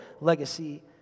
legacy